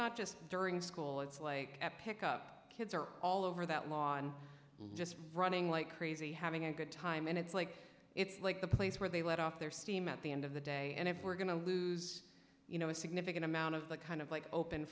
not just during school it's like a pick up kids are all over that law and just running like crazy having a good time and it's like it's like the place where they let off their steam at the end of the day and if we're going to lose you know a significant amount of the kind of like open